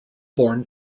born